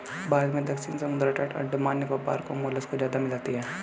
भारत में दक्षिणी समुद्री तट और अंडमान निकोबार मे मोलस्का ज्यादा मिलती है